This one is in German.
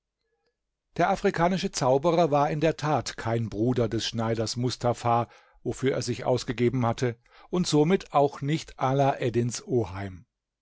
der afrikanische zauberer war in der tat kein bruder des schneiders mustafa wofür er sich ausgegeben hatte und somit auch nicht alaeddins oheim